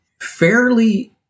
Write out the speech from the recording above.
fairly